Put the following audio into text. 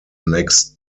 next